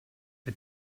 bei